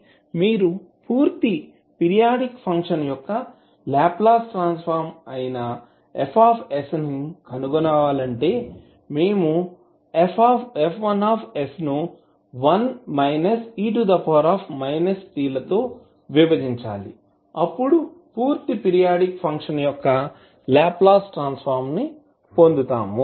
మీరు పూర్తి periodic function యొక్క లాప్లాస్ ట్రాన్సఫార్మ్ అయిన Fs ను కనుగొనాలనుకుంటే మేము F1 ను 1 − e−T లతో విభజించాలి అప్పుడు పూర్తి పీరియాడిక్ ఫంక్షన్ యొక్క లాప్లాస్ ట్రాన్సఫార్మ్ ని పొందుతాము